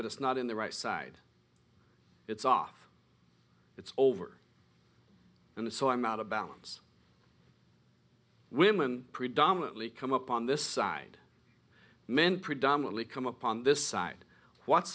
but it's not in the right side it's off it's over and so i'm out of balance women predominantly come up on this side men predominately come up on this side what's